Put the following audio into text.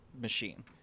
machine